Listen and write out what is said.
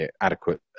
adequate